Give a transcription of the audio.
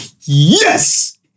yes